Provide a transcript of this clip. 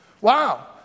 Wow